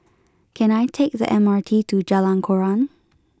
can I take the M R T to Jalan Koran